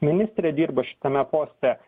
ministrė dirba šitame poste